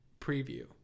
preview